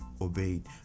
obeyed